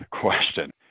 question